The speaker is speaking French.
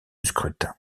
scrutin